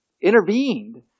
intervened